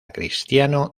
cristiano